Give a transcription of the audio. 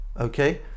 okay